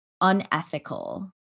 unethical